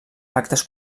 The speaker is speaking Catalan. actes